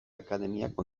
akademiak